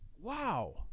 Wow